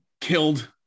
killed